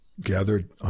gathered